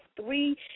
three